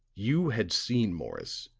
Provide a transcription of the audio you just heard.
you had seen morris,